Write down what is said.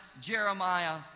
Jeremiah